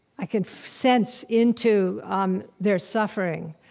i can sense into um their suffering.